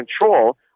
control